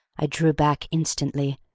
i drew back instantly,